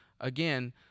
Again